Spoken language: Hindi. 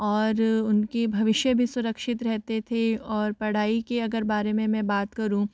और उनके भविष्य भी सुरक्षित रहते थे और पढ़ाई के अगर बारे में मैं बात करूं